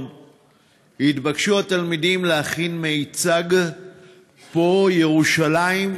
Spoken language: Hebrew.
התבקשו התלמידים להכין מיצג שבו ירושלים,